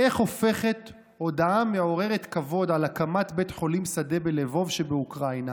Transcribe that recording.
"איך הופכת הודעה מעוררת כבוד על הקמת בית חולים בלבוב שבאוקראינה